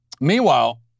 Meanwhile